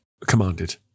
commanded